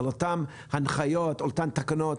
על אותן הנחיות, אותן תקנות.